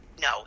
no